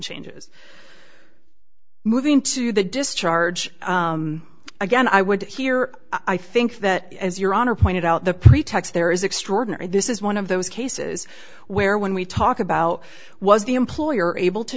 changes moving to the discharge again i would hear i think that as your honor pointed out the pretext there is extraordinary this is one of those cases where when we talk about was the employer able to